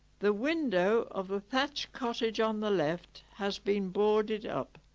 the window of a thatched cottage on the left has been boarded up